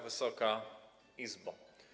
Wysoka Izbo!